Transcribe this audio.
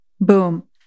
boom